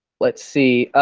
let's see,